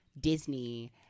Disney